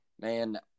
Man